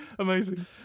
Amazing